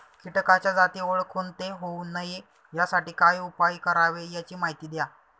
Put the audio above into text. किटकाच्या जाती ओळखून ते होऊ नये यासाठी काय उपाय करावे याची माहिती द्या